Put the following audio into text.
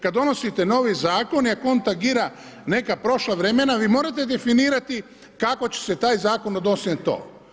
Kad donosite novi zakon i ako on tagira neka prošla vremena, vi morate definirati kako će se taj zakon odnositi na to.